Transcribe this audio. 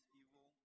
evil